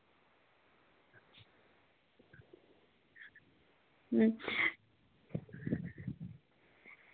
अं